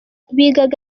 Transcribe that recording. bigaga